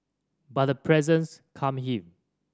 but her presence calmed him